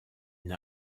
une